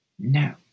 No